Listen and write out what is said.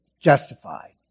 justified